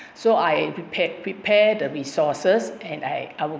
so I prepared prepare the resources and I will